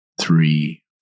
Three